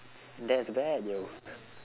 that's bad yo